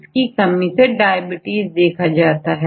इसकी कमी से डायबिटीज देखा जाता है